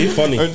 funny